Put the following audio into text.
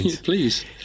Please